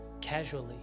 casually